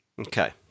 Okay